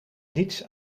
niets